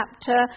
chapter